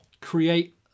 create